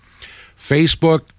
Facebook